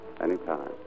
anytime